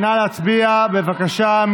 נא להצביע בבקשה.